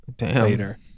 later